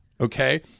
okay